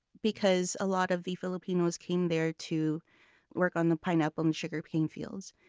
because a lot of the filipinos came there to work on the pineapple and sugarcane fields.